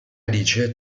alice